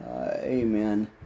amen